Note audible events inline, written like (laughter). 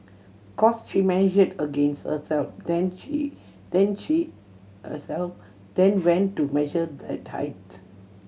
cos she measured against herself then (unintelligible) then (unintelligible) herself then went to measure that height